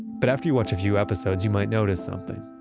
but after you watch a few episodes you might notice something.